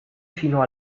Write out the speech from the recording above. fino